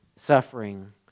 suffering